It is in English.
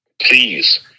please